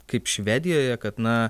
kaip švedijoje kad na